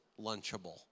lunchable